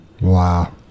Wow